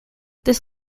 this